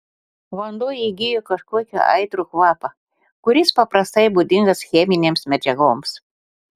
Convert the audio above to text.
vanduo įgijo kažkokį aitrų kvapą kuris paprastai būdingas cheminėms medžiagoms